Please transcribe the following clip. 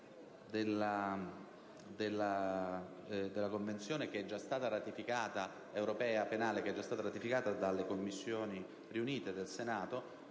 Grazie,